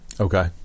Okay